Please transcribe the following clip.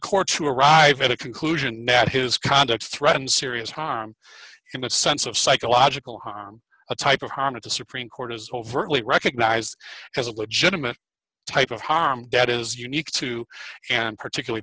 courtroom arrive at a conclusion that his conduct threatened serious harm in a sense of psychological harm a type of harm at the supreme court as overtly recognized as a legitimate type of harm debt is unique to and particularly